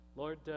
Lord